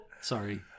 sorry